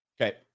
okay